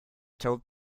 told